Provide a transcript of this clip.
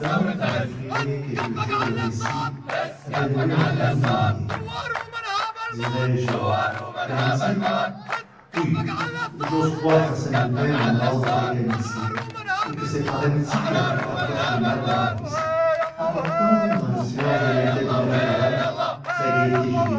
j'écrirai quelque jour le récit avait noué entre nous des liens dirai-je d'amitié oui j'ose croire qu'arsène lupin m'honore de quelque amitié et que c'est par amitié qu'il arrive parfois chez moi à l'improviste apportant dans le silence de mon cabinet de travail sa gaieté